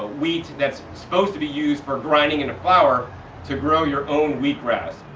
ah wheat that's supposed to be used for grinding into flour to grow your own wheatgrass.